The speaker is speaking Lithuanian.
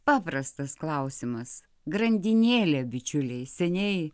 paprastas klausimas grandinėlė bičiuliai seniai